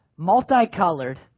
Multicolored